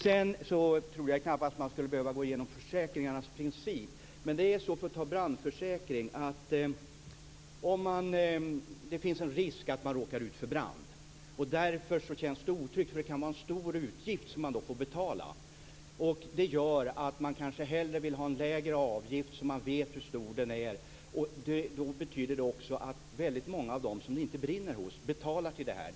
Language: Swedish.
Jag trodde knappast att jag skulle behöva gå igenom försäkringarnas principer. Men jag kan nämna t.ex. en brandförsäkring. Det kan kännas otryggt om det finns risk för att man skall råka ut för en brand, eftersom man då kan få en stor utgift. Man vill kanske hellre ha en lägre avgift, vars storlek man känner till. Det betyder att många av dem som det inte brinner hos betalar till detta.